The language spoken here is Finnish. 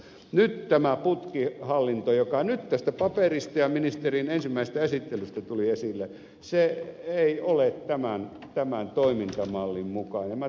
nyt tämä putkihallinto joka tästä paperista ja ministerin ensimmäisestä esittelystä tuli esille ei ole tämän toimintamallin mukainen